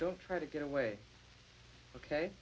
don't try to get away ok